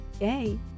Yay